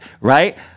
right